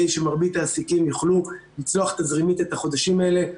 שמרבית העסקים יוכלו לצלוח תזרימית את החודשים האלה.